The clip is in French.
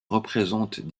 représentent